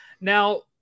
Now